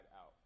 out